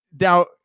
now